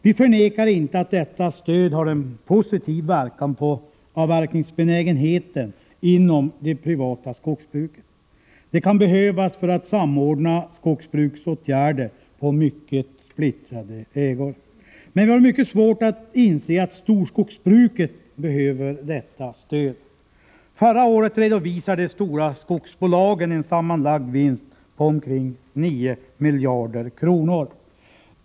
Vi förnekar inte att stödet till vägbyggandet har en positiv verkan på avverkningsbenägenheten inom det privata skogsbruket — det kan behövas för att samordna skogsbruksåtgärder på mycket splittrade ägor — men vi har mycket svårt att inse att storskogsbruket behöver detta stöd. Förra året redovisade de stora skogsbolagen en sammanlagd vinst på omkring 9 miljarder kronor.